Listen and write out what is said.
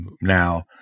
now